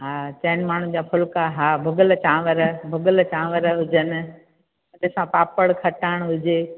हा चइनि माण्हुनि जा फुल्का हा भुॻल चांवरु भुॻल चांवर हुजनि ऐं तंहिं सां पापड़ खटाइण हुजे